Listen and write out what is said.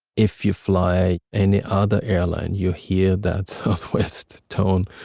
if you fly any other airline, you hear that southwest tone,